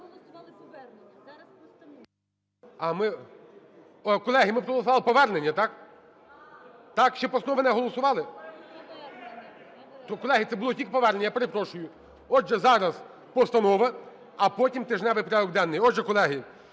Колеги, ми проголосували повернення, так? Так? Ще постанови не голосували? (Шум у залі) Колеги, це було тільки повернення, я перепрошую. Отже, зараз – постанова, а потім – тижневий порядок денний. Отже, колеги,